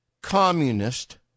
communist